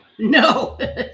No